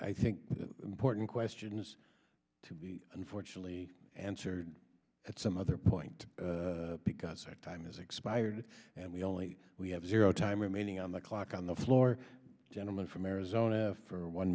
important questions to be unfortunately answered at some other point because our time has expired and we only have zero time remaining on the clock on the floor gentlemen from arizona for one